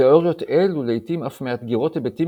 תיאוריות אלו לעיתים אף מאתגרות היבטים